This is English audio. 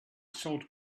sold